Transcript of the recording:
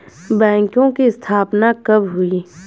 बैंकों की स्थापना कब हुई?